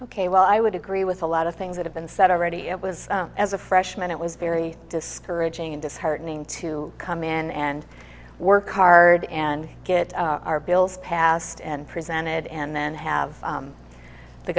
ok well i would agree with a lot of things that have been said already it was as a freshman it was very discouraging and disheartening to come in and work hard and get our bills passed and presented and then have